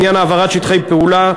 בעניין העברת שטחי פעולה,